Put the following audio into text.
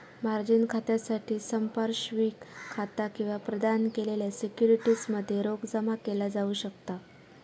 margin खात्यासाठी संपार्श्विक खाता किंवा प्रदान केलेल्या सिक्युरिटीज मध्ये रोख जमा केला जाऊ शकता